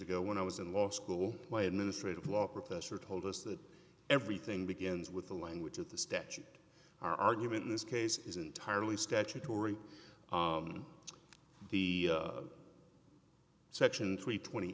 ago when i was in law school my administrative law professor told us that everything begins with the language of the statute our argument in this case is entirely statutory on the section three